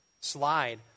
slide